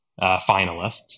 finalists